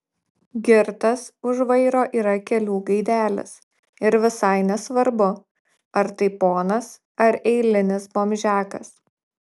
girtas už vairo yra kelių gaidelis ir visai nesvarbu ar tai ponas ar eilinis bomžiakas